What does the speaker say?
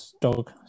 Dog